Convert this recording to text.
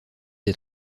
des